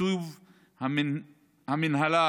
בתקצוב המינהלה